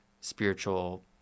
spiritual